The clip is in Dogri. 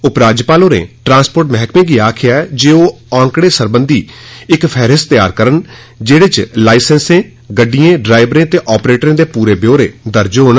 उपराज्यपाल होरें ट्रांसपोर्ट मैहकमे गी आखेआ ऐ जे ओह् आंकड़ें सरबंधी इक फेहरिस्त तैयार करन जेह्दे च लसैंसें गड्डिएं डरैवरें ते आपरेटरें दे पूरे ब्यौरे दर्ज होन